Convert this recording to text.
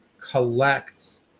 collects